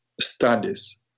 studies